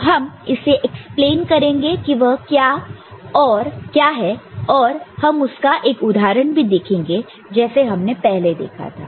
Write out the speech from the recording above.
तो हम इसे एक्सप्लेन करेंगे कि वह क्या है और हम उसका एक उदाहरण भी देखेंगे जैसे हमने पहले देखा था